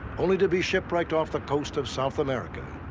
only to be shipwrecked off the coast of south america.